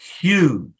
huge